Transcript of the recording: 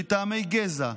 מטעמי גזע,